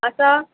आसा